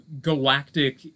galactic